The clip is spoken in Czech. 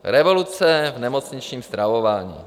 Revoluce v nemocničním stravování.